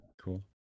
Cool